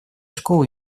школ